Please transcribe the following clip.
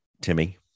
timmy